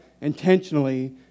intentionally